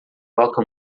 toca